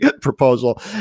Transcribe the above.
proposal